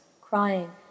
crying